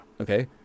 Okay